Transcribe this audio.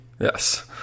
Yes